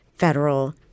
federal